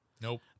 Nope